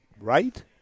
right